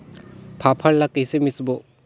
फाफण ला कइसे मिसबो?